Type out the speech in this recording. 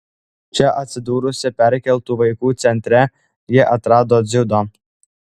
čia atsidūrusi perkeltų vaikų centre ji atrado dziudo